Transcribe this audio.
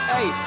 Hey